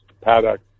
paddock